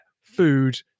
food